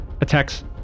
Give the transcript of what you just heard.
Attacks